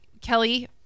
Kelly